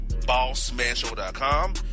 bossmanshow.com